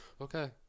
okay